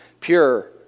pure